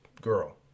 girl